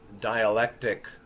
dialectic